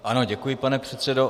Ano, děkuji, pane předsedo.